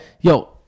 Yo